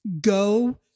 go